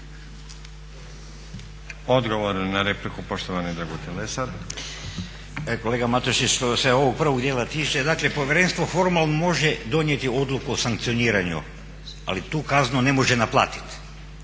Odgovor na repliku, poštovani Dragutin Lesar.